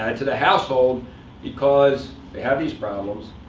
into the household because they have these problems.